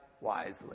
wisely